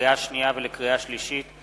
לקריאה שנייה ולקריאה שלישית: